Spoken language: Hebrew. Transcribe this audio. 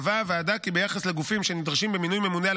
קבעה הוועדה כי ביחס לגופים שנדרשים במינוי ממונה על